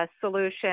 solution